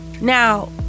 Now